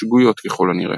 שגויות ככל הנראה.